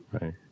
right